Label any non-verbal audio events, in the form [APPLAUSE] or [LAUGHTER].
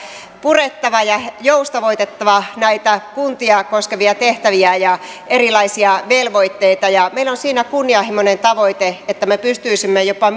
purettava ja joustavoitettava näitä kuntia koskevia tehtäviä ja erilaisia velvoitteita meillä on siinä kunnianhimoinen tavoite että me pystyisimme jopa [UNINTELLIGIBLE]